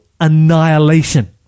annihilation